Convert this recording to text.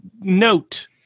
note